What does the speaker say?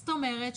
זאת אומרת,